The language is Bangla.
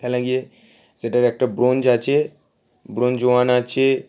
খেলে গিয়ে সেটার একটা ব্রোঞ্জ আছে ব্রোঞ্জ ওয়ান আছে